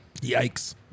Yikes